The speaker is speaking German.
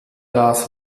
das